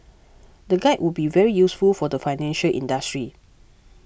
the guide would be very useful for the financial industry